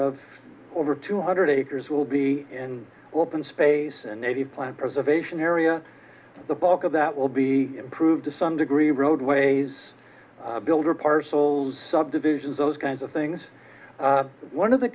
of over two hundred acres will be in open space a native plant preservation area the bulk of that will be improved to some degree roadways builder parcels subdivisions those kinds of things one of the